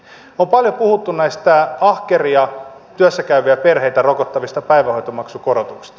on paljon puhuttu näistä ahkeria työssä käyviä perheitä rokottavista päivähoitomaksukorotuksista